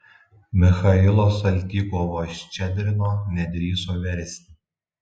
michailo saltykovo ščedrino nedrįso versti